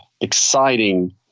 exciting